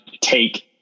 take